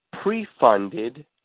pre-funded